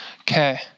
Okay